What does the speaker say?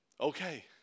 okay